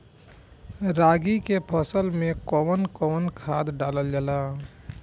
रागी के फसल मे कउन कउन खाद डालल जाला?